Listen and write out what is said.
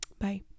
bye